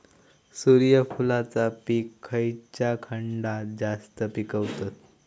सूर्यफूलाचा पीक खयच्या खंडात जास्त पिकवतत?